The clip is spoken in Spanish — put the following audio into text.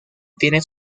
tiene